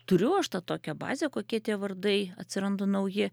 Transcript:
turiu aš tą tokią bazę kokie tie vardai atsiranda nauji